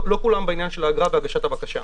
לא כולם בעניין של האגרה והגשת הבקשה.